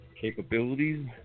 capabilities